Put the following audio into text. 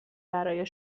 برای